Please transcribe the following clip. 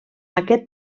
aquest